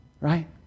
right